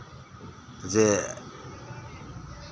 ᱡᱮ